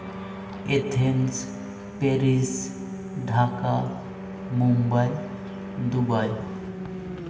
Athens Paris Dhaka Mumbai Dubai